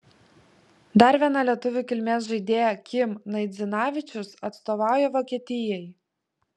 dar viena lietuvių kilmės žaidėja kim naidzinavičius atstovauja vokietijai